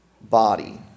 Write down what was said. body